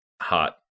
hot